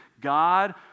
God